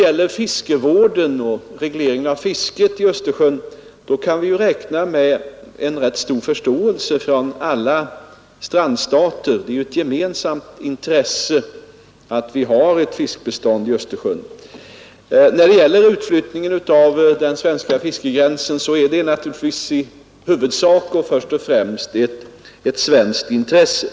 Där kan vi också räkna med ganska stor förståelse från alla strandstater, eftersom det ju är ett gemensamt intresse att vi har ett fiskbestånd i Östersjön. Utflyttningen av den svenska fiskegränsen är givetvis i huvudsak ett svenskt intresse.